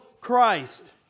Christ